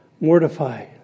Mortify